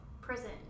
prison